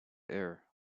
error